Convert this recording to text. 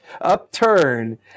upturn